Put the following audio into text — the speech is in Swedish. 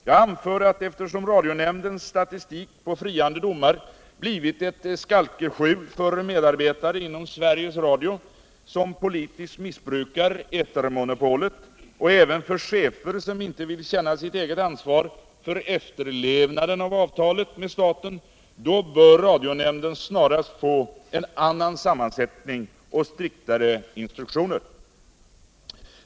Jag anför att eftersom radionämndens statistik på friande domar blivit ett skalkeskjul för medarbetare inom Sveriges Radio som politiskt missbrukar etermonopolet och även för chefer som inte vill vidkännas sitt eget ansvar för efterlevnaden av avtalet med staten, då bör radionämnden snarast få en annan sammansättning och striktare instruktioner.